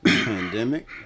pandemic